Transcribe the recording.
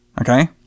Okay